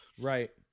Right